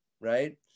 right